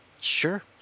sure